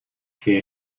que